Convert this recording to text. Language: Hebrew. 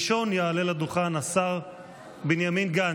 ראשון יעלה לדוכן השר בנימין גנץ,